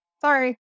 sorry